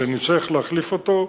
כשנצטרך להחליף אותו,